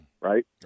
right